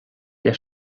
der